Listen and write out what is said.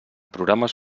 programes